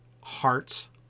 hearts